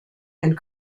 and